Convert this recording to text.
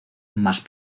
más